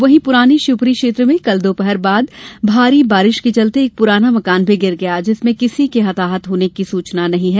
वहीं पुरानी शिवपुरी क्षेत्र में कल दोपहर बाद भारी बारिश के चलते एक पुराना मकान भी गिर गया जिसमें किसी के हताहत होने की सूचना नहीं है